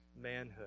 manhood